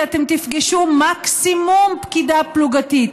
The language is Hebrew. כי אתם תפגשו מקסימום פקידה פלוגתית,